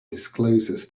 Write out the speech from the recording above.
discloses